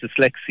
dyslexia